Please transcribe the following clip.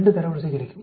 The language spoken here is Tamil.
2 தரவரிசை கிடைக்கும்